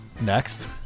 Next